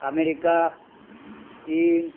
America ଚୀନ୍